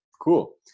Cool